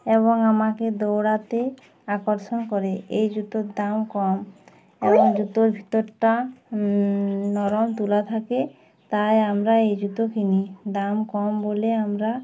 এবং আমাকে দৌড়াতে আকর্ষণ করে এই জুতোর দাম কম এবং জুতোর ভিতরটা নরম তুলা থাকে তাই আমরা এই জুতো কিনি দাম কম বলে আমরা